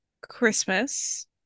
Christmas